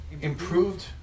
improved